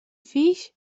fills